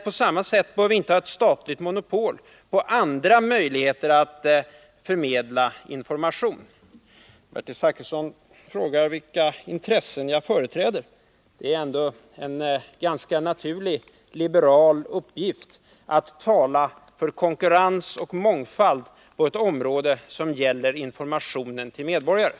På samma sätt bör vi inte ha ett statligt monopol på andra möjligheter att förmedla information. Bertil Zachrisson frågade vilka intressen jag företräder. Det är ändå en ganska naturlig liberal uppgift att tala för konkurrens och mångfald på ett område som gäller informationen till medborgarna.